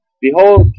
Behold